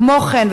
כמו כן,